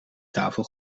tafel